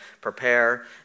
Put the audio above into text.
prepare